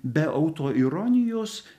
be autoironijos